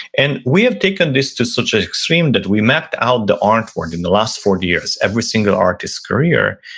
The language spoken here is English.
and we have taken this to such an extreme that we mapped out the artwork in the last forty years, every single artists career,